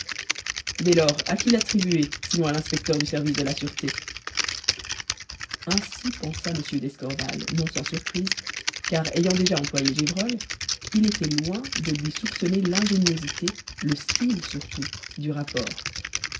dès lors à qui l'attribuer sinon à l'inspecteur du service de la sûreté ainsi pensa m d'escorval non sans surprise car ayant déjà employé gévrol il était loin de lui soupçonner l'ingéniosité le style surtout du rapport